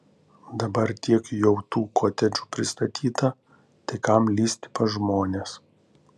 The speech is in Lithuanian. dabar tiek jau tų kotedžų pristatyta tai kam lįsti pas žmones